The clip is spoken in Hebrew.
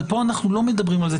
אבל פה אנחנו לא מדברים על זה.